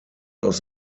aus